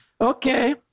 Okay